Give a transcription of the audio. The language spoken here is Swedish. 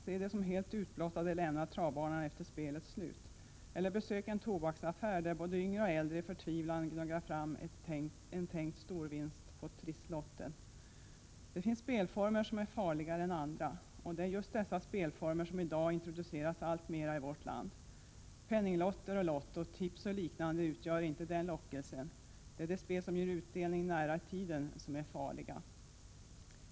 Se dem som helt utblottade lämnar travbanan efter spelets slut, eller besök en tobaksaffär, där både yngre och äldre i förtvivlan gnuggar fram en tänkt storvinst på trisslotten. Det finns spelformer som är farligare än andra, och det är just dessa spelformer som i dag introduceras alltmera i vårt land. Penninglotter och lotto, tips och liknande utgör inte den lockelsen. Det är de spel som ger utdelning nära i tiden som är farliga.